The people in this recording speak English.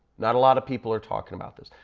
not a lot of people are talking about this.